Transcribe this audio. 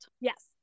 yes